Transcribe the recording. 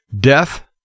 death